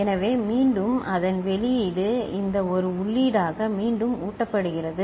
எனவே மீண்டும் அதன் வெளியீடு இந்த ஒரு உள்ளீடாக மீண்டும் ஊட்டப்படுகிறது